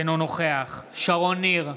אינו נוכח שרון ניר,